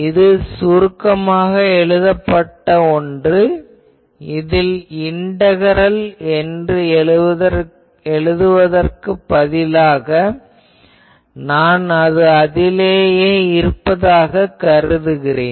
இது சுருக்கமாக எழுதப்பட்ட ஒன்று இதில் இன்டகரல் என்று எழுதுவதற்குப் பதிலாக நான் அது அதிலேயே இருப்பதாகக் கருதுகிறேன்